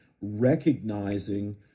recognizing